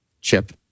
chip